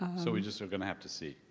ah so we just are gonna have to see.